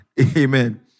Amen